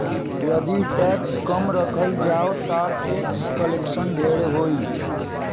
यदि टैक्स कम राखल जाओ ता टैक्स कलेक्शन ढेर होई